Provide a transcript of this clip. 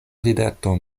rideto